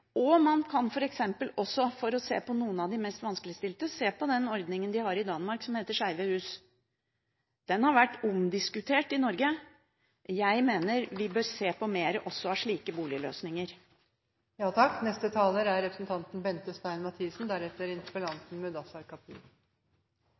leiemarkedet. Man kan pålegge kommunene å ha en aktiv boligpolitikk, og man kan f.eks. også, for å se på noen av de mest vanskeligstilte, se på den ordningen de har i Danmark som heter «Skæve huse». Den har vært omdiskutert i Norge. Jeg mener vi bør se på flere slike boligløsninger også.